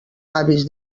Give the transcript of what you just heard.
avis